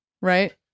right